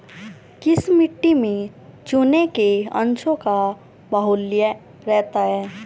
किस मिट्टी में चूने के अंशों का बाहुल्य रहता है?